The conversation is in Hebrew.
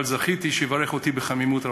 אבל זכיתי שיברך אותי בחמימות רבה.